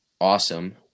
awesome